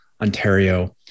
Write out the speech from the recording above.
Ontario